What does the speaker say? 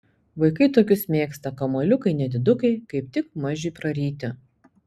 vaikai tokius mėgsta kamuoliukai nedidukai kaip tik mažiui praryti